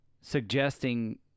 suggesting